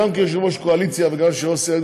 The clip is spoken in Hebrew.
גם כיושב-ראש קואליציה וגם כיושב-ראש סיעה,